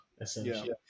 essentially